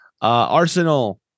Arsenal